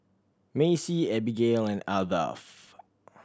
Macey Abigayle and Ardath